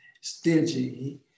stingy